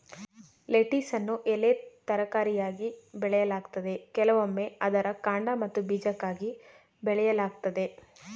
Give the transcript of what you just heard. ಲೆಟಿಸನ್ನು ಎಲೆ ತರಕಾರಿಯಾಗಿ ಬೆಳೆಯಲಾಗ್ತದೆ ಕೆಲವೊಮ್ಮೆ ಅದರ ಕಾಂಡ ಮತ್ತು ಬೀಜಕ್ಕಾಗಿ ಬೆಳೆಯಲಾಗ್ತದೆ